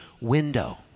window